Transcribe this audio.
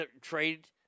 trade